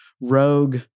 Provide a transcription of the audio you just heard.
rogue